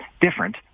different